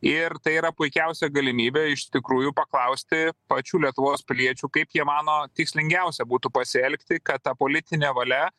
ir tai yra puikiausia galimybė iš tikrųjų paklausti pačių lietuvos piliečių kaip jie mano tikslingiausia būtų pasielgti kad ta politinė valia